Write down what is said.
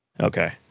Okay